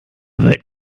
wird